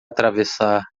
atravessar